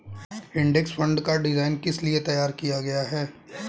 Index fund का design किस लिए किया गया है?